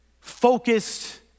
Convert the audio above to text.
focused